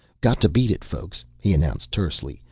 got to beat it, folks, he announced tersely.